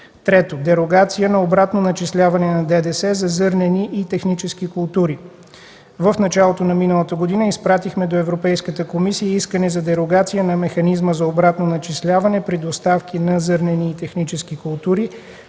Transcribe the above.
Трето, дерогация на обратно начисляване на ДДС за зърнени и технически култури. В началото на миналата година изпратихме до Европейската комисия искане за дерогация на механизма за обратно начисляване при доставки на зърнени и технически култури